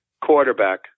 Quarterback